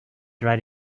write